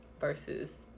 Versus